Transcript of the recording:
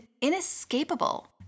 inescapable